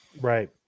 Right